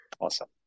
Awesome